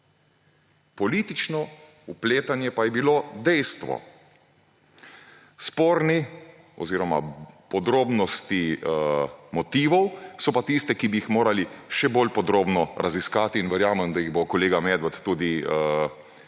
Politično vpletanje pa je bilo dejstvo. Sporne oziroma podrobnosti motivov so pa tiste, ki bi jih morali še bolj podrobno raziskati, in verjamem, da jih bo kolega Medved tudi